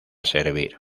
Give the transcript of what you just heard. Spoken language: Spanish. servir